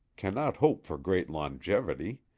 cannot hope for great longevity,